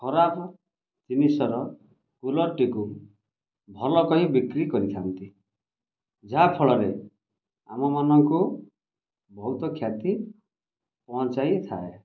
ଖରାପ୍ ଜିନିଷର କୁଲର୍ଟିକୁ ଭଲ କହି ବିକ୍ରି କରିଥାନ୍ତି ଯାହାଫଳରେ ଆମମାନଙ୍କୁ ବହୁତ କ୍ଷତି ପହଞ୍ଚାଇଥାଏ